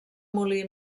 molí